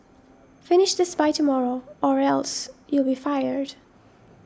finish this by tomorrow or else you'll be fired